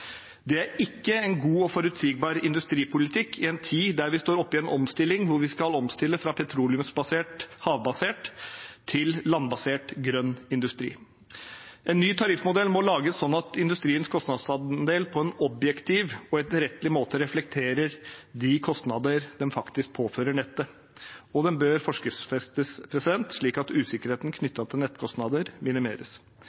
Det er alvorlig. Det er ikke en god og forutsigbar industripolitikk i en tid der vi står oppe i en omstilling hvor vi skal omstille fra petroleumsbasert, havbasert industri til landbasert, grønn industri. En ny tariffmodell må lages slik at industriens kostnadsandel på en objektiv og etterrettelig måte reflekterer de kostnader den faktisk påfører nettet, og den bør forskriftsfestes, slik at usikkerheten